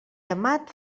gemat